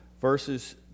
verses